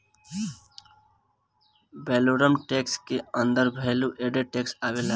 valorem tax के अंदर value added tax आवेला